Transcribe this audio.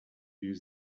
use